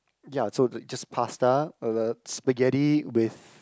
ya so like just pasta uh spaghetti with